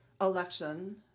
election